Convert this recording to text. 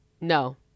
no